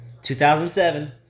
2007